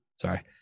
sorry